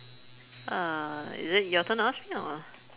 ah is it your turn to ask me or